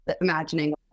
imagining